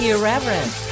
Irreverent